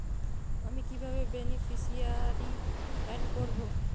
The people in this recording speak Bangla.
আমি কিভাবে বেনিফিসিয়ারি অ্যাড করব?